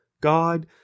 God